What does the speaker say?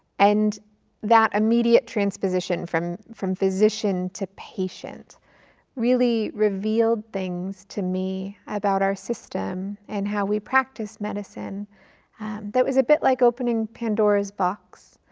and that immediate transposition from from physician to patient really revealed things to me about our system and how we practice medicine that was a bit like opening pandora's box.